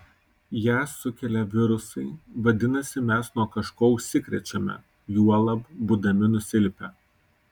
ją sukelia virusai vadinasi mes nuo kažko užsikrečiame juolab būdami nusilpę